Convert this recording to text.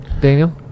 Daniel